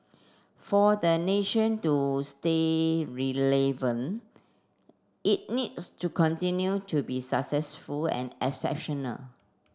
for the nation to stay it needs to continue to be successful and exceptional